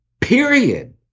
period